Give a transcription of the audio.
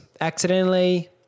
accidentally